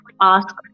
ask